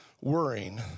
worrying